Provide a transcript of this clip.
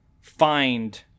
find